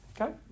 Okay